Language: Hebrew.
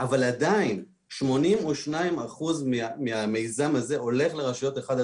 אבל עדיין 82% מהמיזם הזה הולך לרשויות 5-1,